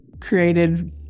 created